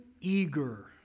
eager